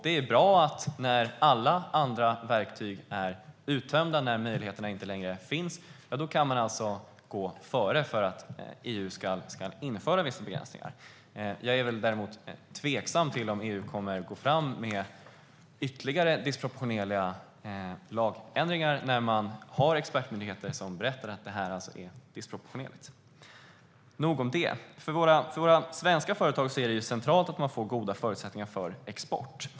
Det är bra att man, när alla andra verktyg är uttömda och möjligheterna inte längre finns, kan gå före för att EU ska införa vissa begränsningar. Jag är däremot tveksam till om EU kommer att gå fram med ytterligare disproportionerliga lagändringar när expertmyndigheter berättar att det här alltså är disproportionerligt. För våra svenska företag är det centralt att få goda förutsättningar för export.